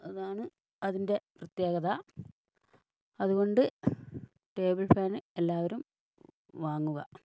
അതാണ് അതിൻ്റെ പ്രത്യേകത അതുകൊണ്ട് ടേബിൾ ഫാന് എല്ലാവരും വാങ്ങുക